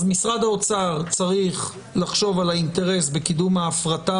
אז משרד האוצר צריך לחשוב על האינטרס בקידום ההפרטה